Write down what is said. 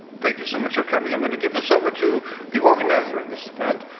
thank you so much for coming. i'm going to give this over to the organizer of this event,